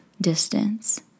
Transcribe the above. distance